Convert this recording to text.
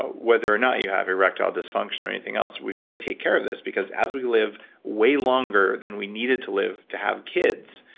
whether-or-not you have erectile dysfunction or anything else. we've got to take care of this, because as we live way longer than we needed to live to have kids,